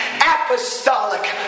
apostolic